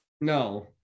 no